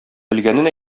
белгәнен